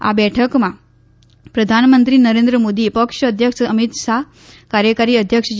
આ બેઠકમાં પ્રધાનમંત્રી નરેન્દ્ર મોદી પક્ષ અધ્યક્ષ અમિત શાહ કાર્યકારી અધ્યક્ષ જે